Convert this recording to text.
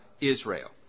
Israel